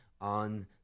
on